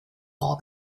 all